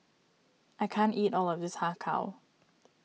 I can't eat all of this Har Kow